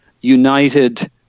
united